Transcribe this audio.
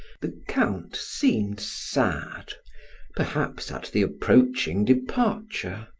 the count seemed sad perhaps at the approaching departure.